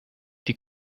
die